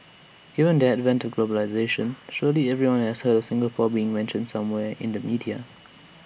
given the advent of globalisation surely everyone has heard of Singapore being mentioned somewhere in the media